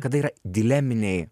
kada yra dileminiai